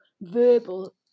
verbal